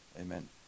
Amen